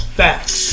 facts